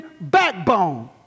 backbone